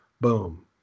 Boom